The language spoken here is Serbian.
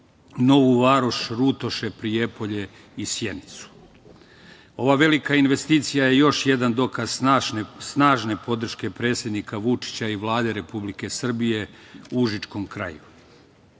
Novu Varoš, Rutoše, Prijepolje i Sjenicu. Ova velika investicija je još jedan dokaz snažne podrške predsednika Vučića i Vlade Republike Srbije u užičkom kraju.